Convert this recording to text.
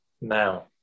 now